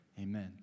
amen